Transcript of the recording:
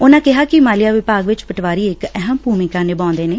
ਉਨੂਾ ਕਿਹਾ ਕਿ ਮਾਲੀਆ ਵਿਭਾਗ ਵਿਚ ਪਟਵਾਰੀ ਇਕ ਅਹਿਮ ਭੁਮਿਕਾ ਨਿਭਾਉਣਦਾ ਐ